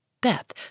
Beth